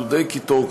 דודי קיטור,